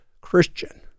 Christian